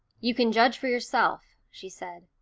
you can judge for yourself, she said.